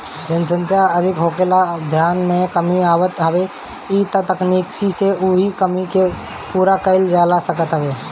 जनसंख्या अधिका होखला से खाद्यान में कमी आवत हवे त इ तकनीकी से उ कमी के पूरा कईल जा सकत हवे